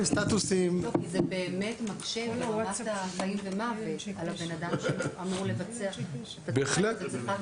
זה באמת מקשה ברמת החיים ומוות על הבן אדם שאמור לבצע --- בהחלט.